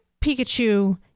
Pikachu